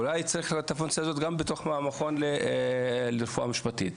אולי צריך לעשות את הפונקציה הזאת גם בתוך המכון לרפואה משפטית.